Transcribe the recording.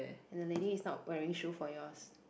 and the lady is not wearing shoe for yours